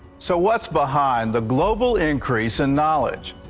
so what's behind the global increase in knowledge?